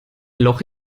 loch